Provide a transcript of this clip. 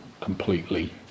completely